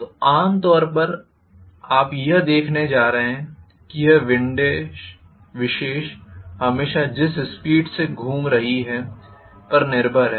तो आमतौर पर आप यह देखने जा रहे हैं कि यह विशेष विंडेज हमेशा जिस स्पीड से मशीन घूम रही है पर निर्भर है